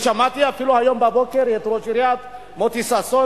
שמעתי אפילו הבוקר את ראש העירייה מוטי ששון